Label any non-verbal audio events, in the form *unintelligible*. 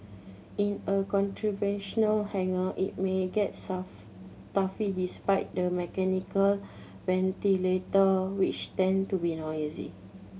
in a *unintelligible* hangar it may get *unintelligible* stuffy despite the mechanical ventilator which tend to be noisy